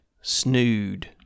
Snood